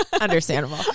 understandable